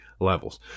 levels